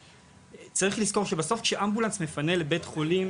צריך לזכור שבסוף כשאמבולנס מפנה לבית חולים,